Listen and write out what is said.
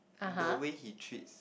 the way he treats